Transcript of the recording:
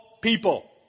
people